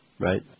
Right